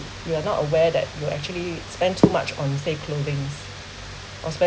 you were not aware that you actually spend too much on say clothings also